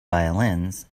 violins